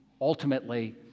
ultimately